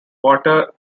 water